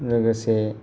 लोगोसे